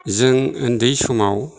जों उन्दै समाव